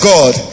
God